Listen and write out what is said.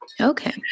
okay